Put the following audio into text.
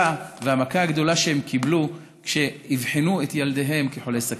והמכה הגדולה שהם קיבלו כשאבחנו את ילדיהם כחולי סוכרת.